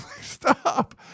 stop